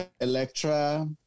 Electra